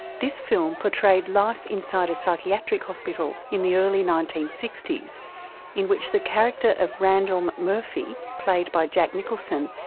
this film portrayed life inside a psychiatric hospital in the early nineteen sixty s in which the character of randle mcmurphy, played by jack nicholson,